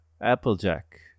Applejack